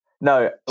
No